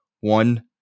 one